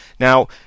Now